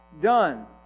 done